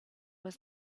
was